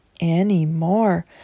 anymore